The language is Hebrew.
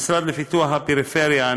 המשרד לפיתוח הפריפריה,